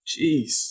jeez